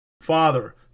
Father